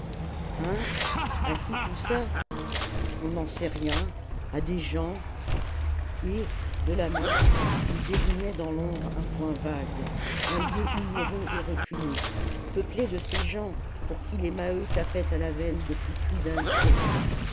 hein à qui tout ça on n'en sait rien a des gens et de la main il désignait dans l'ombre un point vague un lieu ignoré et reculé peuplé de ces gens pour qui les maheu tapaient à la veine depuis plus d'un siècle